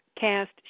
cast